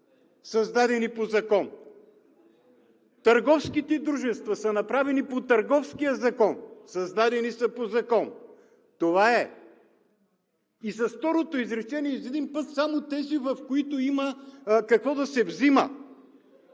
създадени по закон. Търговските дружества са направени по Търговския закон, създадени са по закон. Това е. И с второто изречение, изведнъж – само тези, в които има какво да се взима.